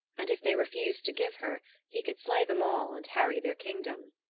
and if they refused to give her he could slay them all and harry their kingdom.